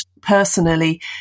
personally